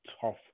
tough